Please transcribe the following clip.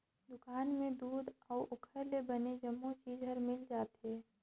दुकान में दूद अउ ओखर ले बने जम्मो चीज हर मिल जाथे